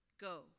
Go